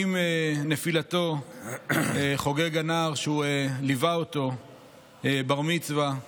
עם נפילתו הנער שהוא ליווה חוגג בר-מצווה.